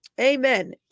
amen